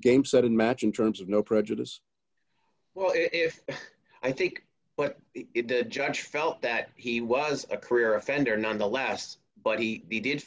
game set and match in terms of no prejudice well if i think but judge felt that he was a career offender not the last but he did